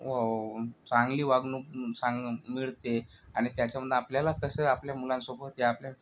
वव चांगली वागणूक चां मिळते आणि त्याच्यामधनं आपल्याला कसं आपल्या मुलांसोबत या आपल्या